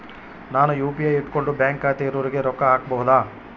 ನಾನು ಯು.ಪಿ.ಐ ಇಟ್ಕೊಂಡು ಬ್ಯಾಂಕ್ ಖಾತೆ ಇರೊರಿಗೆ ರೊಕ್ಕ ಹಾಕಬಹುದಾ?